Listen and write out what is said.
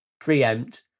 preempt